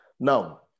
Now